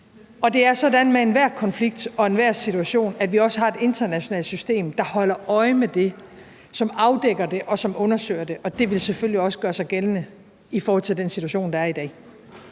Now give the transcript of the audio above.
Og det er sådan med enhver konflikt og enhver situation, at vi også har et internationalt system, der holder øje med det, som afdækker det, og som undersøger det, og det vil selvfølgelig også gøre sig gældende i forhold til den situation, der er i dag.